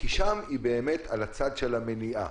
כי שם הוא באמת על הצד של המניעה.